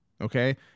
okay